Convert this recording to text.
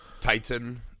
Titan